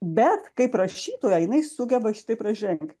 bet kaip rašytoja jinai sugeba šitai pražengt